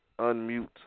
unmute